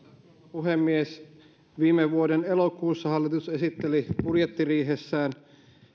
puhemies viime vuoden elokuussa hallitus esitteli budjettiriihessään